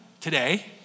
today